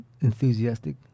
enthusiastic